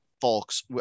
Folks